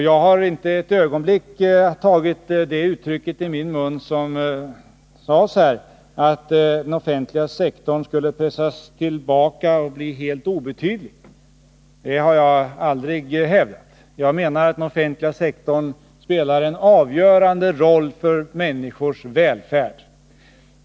Jag har inte tagit uttrycket i min mun att den offentliga sektorn skulle pressas tillbaka och bli helt obetydlig. Det har jag aldrig hävdat. Jag menar att den offentliga sektorn spelar en avgörande roll för människors välfärd.